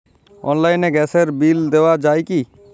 অনলাইনে গ্যাসের বিল দেওয়া যায় কি?